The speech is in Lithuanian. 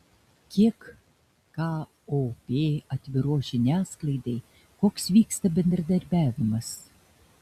kiek kop atviros žiniasklaidai koks vyksta bendradarbiavimas